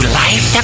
life